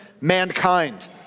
mankind